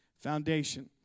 foundation